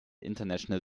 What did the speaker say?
international